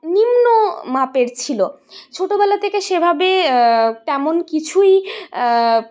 নিম্নমাপের ছিলো ছোটোবেলা থেকে সেভাবে তেমন কিছুই